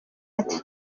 ati